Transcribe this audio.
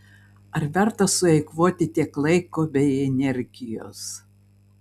ar verta sueikvoti tiek laiko bei energijos